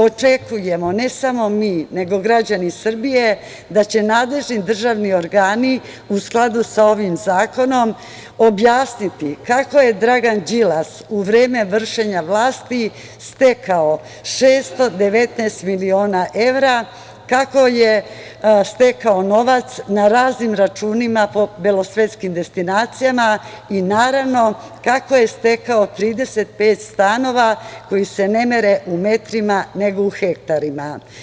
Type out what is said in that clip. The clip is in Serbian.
Očekujemo ne samo mi, nego i građani Srbije, da će nadležni državni organi, u skladu sa ovim zakonom, objasniti kako je Dragan Đilas u vreme vršenja vlasti stekao 619 miliona evra, kako je stekao novac na raznim računima po belosvetskim destinacijama i, naravno, kako je stekao 35 stanova koji se ne mere u metrima, nego u hektarima.